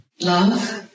Love